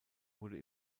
wurde